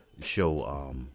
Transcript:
show